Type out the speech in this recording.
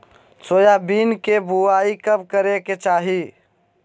Soybean के बुआई कब करे के चाहि?